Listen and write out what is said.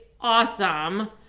awesome